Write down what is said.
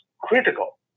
critical